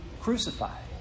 crucified